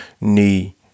knee